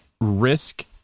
risk